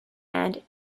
and